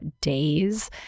days